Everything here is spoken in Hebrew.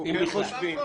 אם בכלל.